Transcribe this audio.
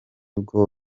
bwo